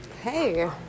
hey